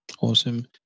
Awesome